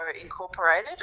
Incorporated